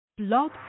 Blog